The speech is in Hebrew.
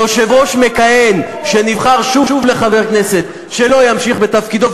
שיושב-ראש מכהן שנבחר שוב לחבר כנסת לא ימשיך בתפקידו,